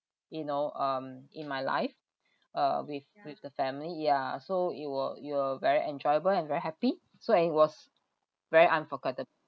you know um in my life uh with with the family ya so it will it will very enjoyable and very happy so it was very unforgettable